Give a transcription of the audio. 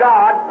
God